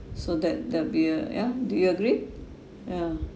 so that that will be uh yeah do you agree ya